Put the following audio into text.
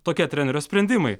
tokie trenerio sprendimai